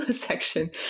section